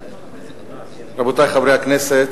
רבותי חברי הכנסת,